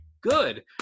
good